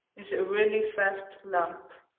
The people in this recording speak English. it's a really fast lamp.